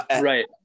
right